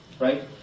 right